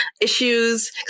issues